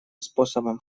способом